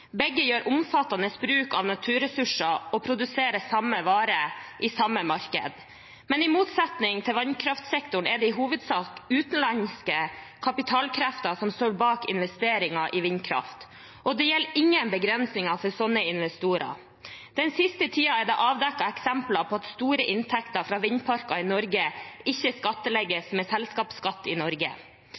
Begge gjør omfattende bruk av naturressurser og produserer samme vare i samme marked. Men i motsetning til i vannkraftsektoren er det i hovedsak utenlandske kapitalkrefter som står bak investeringene i vindkraft, og det gjelder ingen begrensninger for slike investorer. I den siste tiden er det avdekket eksempler på at store inntekter fra vindparker i Norge ikke skattlegges med selskapsskatt i Norge.